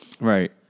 Right